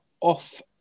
off